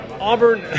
Auburn